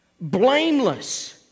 Blameless